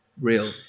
real